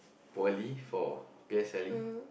poorly for P_S_L_E